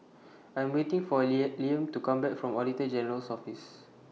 I'm waiting For Liam Liam to Come Back from Auditor General's Office